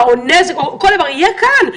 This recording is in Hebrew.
לנזק או כל דבר יהיה כאן.